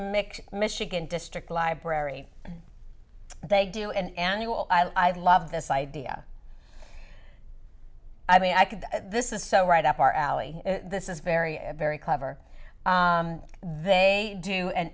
mix michigan district library they do and annual i love this idea i mean i could this is so right up our alley this is very very clever they do an